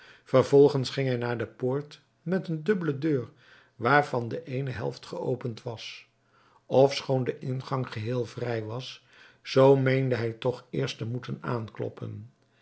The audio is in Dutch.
vervolgens ging hij naar de poort met eene dubbele deur waarvan de eene helft geopend was ofschoon de ingang geheel vrij was zoo meende hij toch eerst te moeten aankloppen